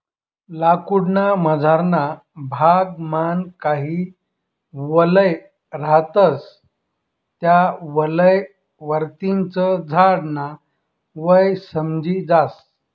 लाकूड ना मझारना भाग मान काही वलय रहातस त्या वलय वरतीन च झाड न वय समजी जास